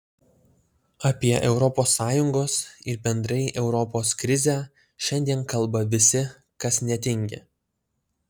apie europos sąjungos ir bendrai europos krizę šiandien kalba visi kas netingi